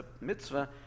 mitzvah